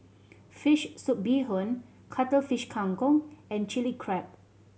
fish soup bee hoon Cuttlefish Kang Kong and Chilli Crab